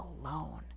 alone